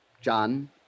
John